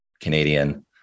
Canadian